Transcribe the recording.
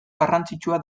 garrantzitsua